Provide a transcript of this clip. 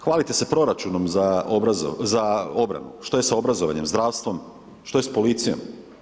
Hvalite se proračunom za obranom, što je sa obrazovanjem, zdravstvom, što je sa policijom?